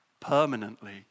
permanently